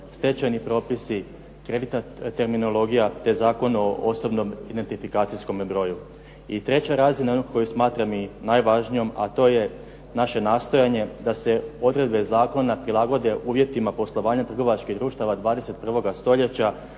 stečajni propisi, kreditna terminologija, te Zakon o osobnom identifikacijskom broju. I treća razina, onu koju smatram i najvažnijom, a to je naše nastojanje da se odredbe zakona prilagode uvjetima poslovanja trgovačkih društva 21. stoljeća,